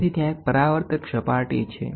તેથી ત્યાં એક પરાવર્તક સપાટી છે